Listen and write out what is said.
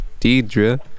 Deidre